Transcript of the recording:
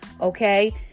Okay